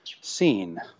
seen